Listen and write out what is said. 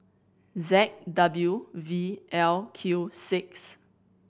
Z W V L Q six